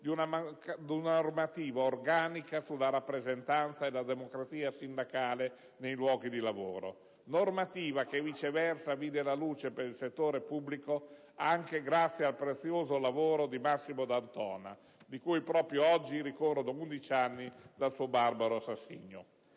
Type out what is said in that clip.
di una normativa organica sulla rappresentanza e la democrazia sindacale nei luoghi di lavoro, normativa che viceversa vide la luce per il settore pubblico anche grazie al prezioso lavoro di Massimo D'Antona, dal barbaro assassinio del quale proprio